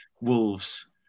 Wolves